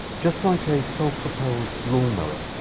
just like a self-propelled lawnmower.